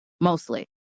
mostly